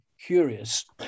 curious